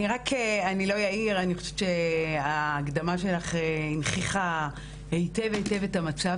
אני חושבת שההקדמה שלך הנכיחה היטב היטב את המצב